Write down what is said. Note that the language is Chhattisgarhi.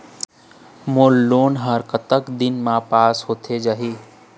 मोर लोन हा कतक दिन मा पास होथे जाही?